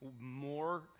more